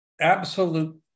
absolute